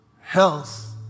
health